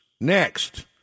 next